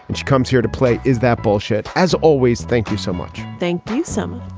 and she comes here to play. is that bullshit? as always, thank you so much. thank you. some